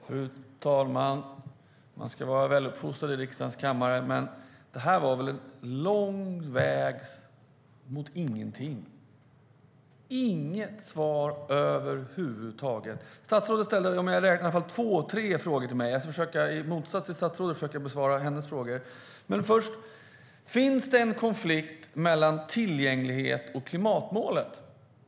Fru talman! Man ska vara väluppfostrad i riksdagens kammare, men detta var väl ändå lång väg mot ingenting! Det var inget svar över huvud taget. Statsrådet ställde om jag räknade rätt två eller tre frågor till mig. Till skillnad från statsrådet ska jag försöka svara på frågorna. Finns det en konflikt mellan tillgängligheten och klimatmålet?